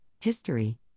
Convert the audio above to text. history